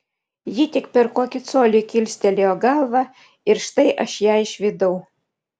ji tik per kokį colį kilstelėjo galvą ir štai aš ją išvydau